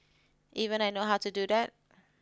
even I know how to do that